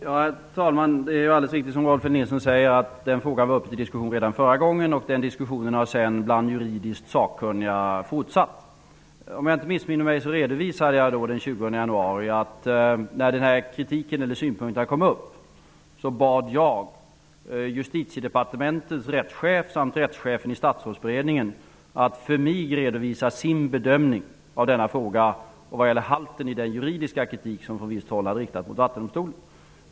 Herr talman! Det är alldeles riktigt som Rolf L Nilson säger att den frågan var uppe till diskussion redan förra gången. Den diskussionen har sedan fortsatt bland juridiskt sakkunniga. Om jag inte missminner mig, anförde jag den 20 januari här i riksdagen att jag, när dessa synpunkter kom upp, bad Justitiedepartementets rättschef samt rättschefen i Statsrådsberedningen att för mig redovisa sin bedömning av denna fråga och halten i den juridiska kritik som från visst håll hade riktats mot Vattendomstolen.